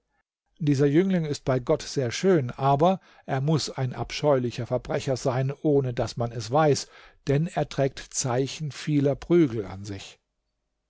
dieser jüngling ist bei gott sehr schön aber er muß ein abscheulicher verbrecher sein ohne daß man es weiß denn er trägt zeichen vieler prügel an sich